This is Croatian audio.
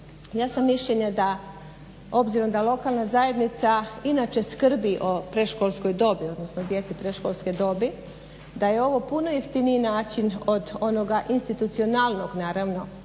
Ja sam mišljenja obzirom da lokalna zajednica inače skrbi o predškolskoj dobi odnosno djece predškolske dobi da je ovo puno jeftiniji način od onoga inače institucionalnog naravno